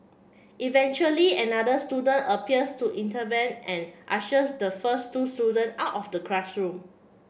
eventually another student appears to intervene and ushers the first two student out of the classroom